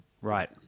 Right